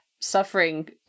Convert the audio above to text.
suffering